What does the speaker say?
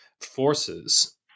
forces